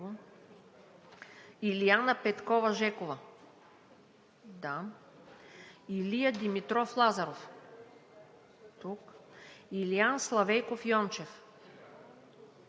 Илиана Петкова Жекова - тук Илия Димитров Лазаров - тук Илиян Славейков Йончев - тук